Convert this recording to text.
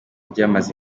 byamaze